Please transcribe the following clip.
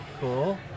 Cool